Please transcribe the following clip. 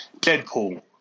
Deadpool